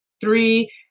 three